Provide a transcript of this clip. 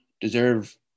deserve